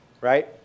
right